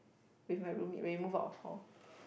with my room mate when we move out of hall